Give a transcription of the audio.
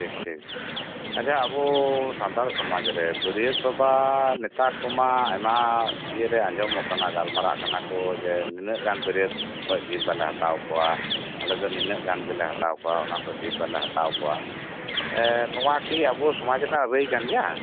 ᱴᱷᱤᱠ ᱴᱷᱤᱠ ᱟᱪᱪᱷᱟ ᱟᱵᱚ ᱥᱟᱱᱛᱟᱲ ᱥᱚᱢᱟᱡ ᱨᱮ ᱵᱟᱹᱨᱭᱟᱹᱛ ᱵᱟᱵᱟ ᱱᱮᱛᱟᱨ ᱠᱚᱢᱟ ᱟᱭᱢᱟ ᱤᱭᱟᱹ ᱨᱮ ᱟᱧᱡᱚᱢᱚᱜ ᱠᱟᱱᱟ ᱜᱟᱞᱢᱟᱨᱟᱜ ᱠᱟᱱᱟ ᱠᱚᱡᱮ ᱱᱤᱱᱟᱹᱜ ᱜᱟᱱ ᱵᱟᱹᱨᱭᱟᱹᱛ ᱠᱷᱚᱡ ᱰᱮᱨ ᱵᱟᱞᱮ ᱦᱟᱛᱟᱣ ᱠᱚᱣᱟ ᱟᱞᱮ ᱫᱚ ᱱᱤᱱᱟᱹᱜ ᱜᱟᱱ ᱜᱮᱞᱮ ᱦᱟᱛᱟᱣ ᱠᱚᱣᱟ ᱚᱱᱟ ᱠᱷᱚᱱ ᱰᱮᱨ ᱵᱟᱞᱮ ᱦᱟᱛᱟᱣ ᱠᱚᱣᱟ ᱱᱚᱣᱟ ᱠᱤ ᱟᱵᱚ ᱥᱚᱢᱟᱡ ᱨᱮᱭᱟᱜ ᱨᱟᱹᱭ ᱠᱟᱱ ᱜᱮᱭᱟ